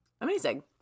Amazing